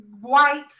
white